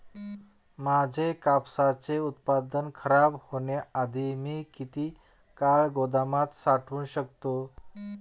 माझे कापसाचे उत्पादन खराब होण्याआधी मी किती काळ गोदामात साठवू शकतो?